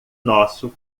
nosso